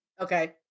Okay